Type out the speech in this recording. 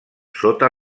sota